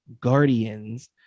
guardians